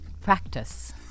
practice